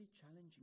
challenging